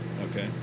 Okay